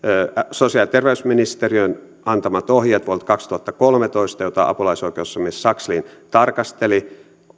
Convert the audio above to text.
sosiaali ja terveysministeriön antamat ohjeet vuodelta kaksituhattakolmetoista joita apulaisoikeusasiamies sakslin tarkasteli